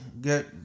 get